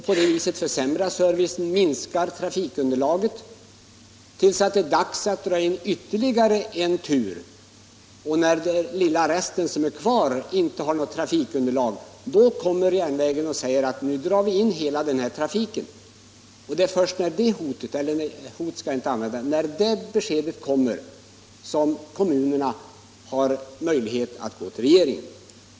På det viset försämras servicen och minskas trafikunderlaget tills det är dags att dra in ytterligare en tur. När den lilla rest som sedan återstår inte utgör ett tillräckligt trafikunderlag, vill SJ dra in hela trafiken. Först när besked om detta kommer till kommunerna har de möjlighet att gå till regeringen.